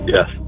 Yes